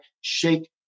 shake